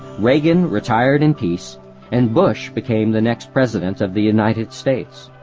reagan retired in peace and bush became the next president of the united states.